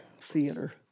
theater